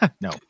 No